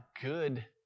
good